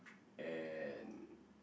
and